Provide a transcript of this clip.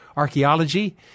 Archaeology